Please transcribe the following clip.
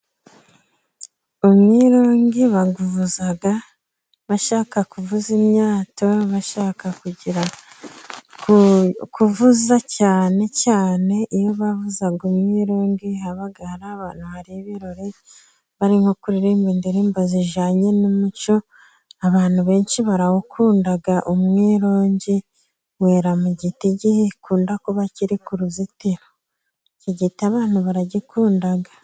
Umwirongi bawuvuza bashaka kuvuza imyato bashaka kuvuza cyane cyane iyo bavuzaga umwirongi habaga hari abantu, hari ibirori bari nko kuririmba indirimbo zijyananye n'umuco abantu benshi barawukunda, umwirongi wera mu giti gikunda kuba kiri ku ruzitiro, iki giti abantu baragikunda